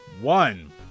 one